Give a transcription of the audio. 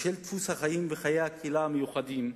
בשל דפוסי החיים וחיי הקהילה המיוחדים,